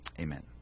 amen